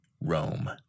Rome